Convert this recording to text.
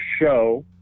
show